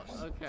okay